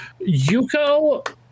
Yuko